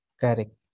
Correct